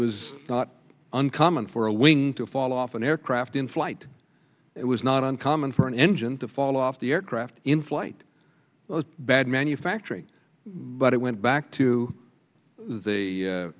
was not uncommon for a wing to fall off an aircraft in flight it was not uncommon for an engine to fall off the aircraft in flight bad manufacturing but it went back to the